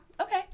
okay